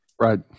Right